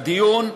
הדיון ארוך.